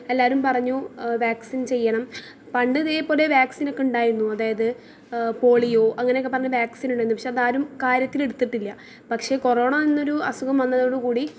എല്ലാവരും പറഞ്ഞു വാക്സിൻ ചെയ്യണം പണ്ട് ഇതേപോലെ വാക്സിൻ ഒക്കെ ഉണ്ടായിരുന്നു അതായത് പോളിയോ അങ്ങനെ ഒക്കെ പറഞ്ഞ് വാക്സിൻ ഉണ്ടായിരുന്നു പക്ഷേ അത് ആരും കാര്യത്തിൽ എടുത്തിട്ടില്ല പക്ഷേ കൊറോണ എന്നൊരു അസുഖം വന്നതോട് കൂടി